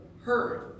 heard